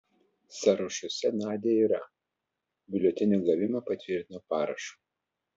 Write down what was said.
sąrašuose nadia yra biuletenio gavimą patvirtino parašu